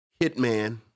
Hitman